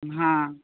हाँ